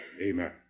amen